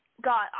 got